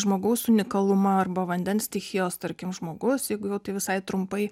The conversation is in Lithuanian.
žmogaus unikalumą arba vandens stichijos tarkim žmogus jeigu jau tai visai trumpai